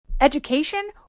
education